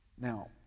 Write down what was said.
Now